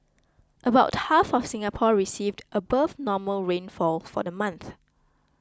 about half of Singapore received above normal rainfall for the month